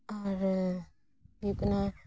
ᱟᱨ ᱦᱩᱭᱩᱜ ᱠᱟᱱᱟ